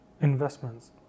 investments